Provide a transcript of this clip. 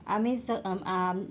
आम्ही स आम